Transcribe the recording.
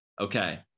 okay